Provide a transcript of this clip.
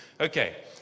Okay